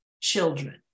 children